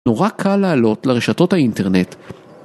נורא קל לעלות לרשתות האינטרנט